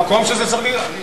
למקום שזה צריך להיות.